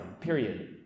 period